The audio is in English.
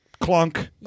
clunk